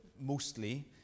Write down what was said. mostly